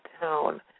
town